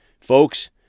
Folks